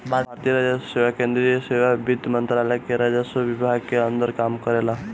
भारतीय राजस्व सेवा केंद्रीय सेवा वित्त मंत्रालय के राजस्व विभाग के अंदर काम करेला